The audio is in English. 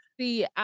See